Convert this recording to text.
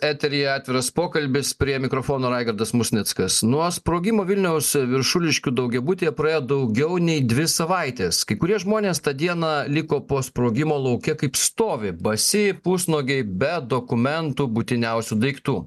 eteryje atviras pokalbis prie mikrofono raigardas musnickas nuo sprogimo vilniaus viršuliškių daugiabutyje praėjo daugiau nei dvi savaitės kai kurie žmonės tą dieną liko po sprogimo lauke kaip stovi basi pusnuogiai be dokumentų būtiniausių daiktų